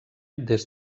des